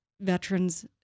veterans